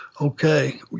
okay